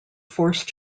forced